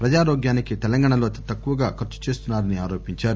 ప్రజారోగ్యానికి తెలంగాణలో అతి తక్కువగా ఖర్పుచేస్తున్నారని ఆరోపించారు